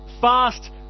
fast